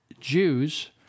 Jews